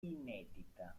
inedita